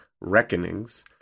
Reckonings